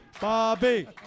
Bobby